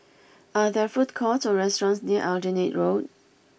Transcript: are there food courts or restaurants near Aljunied Road